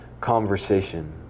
conversation